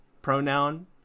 Pronoun